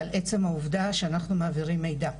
על עצם העובדה שאנחנו מעבירים מידע.